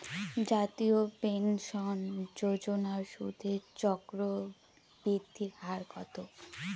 জাতীয় পেনশন যোজনার সুদের চক্রবৃদ্ধি হার কত?